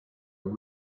and